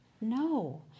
No